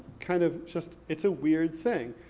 kind of just, it's a weird thing.